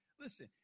Listen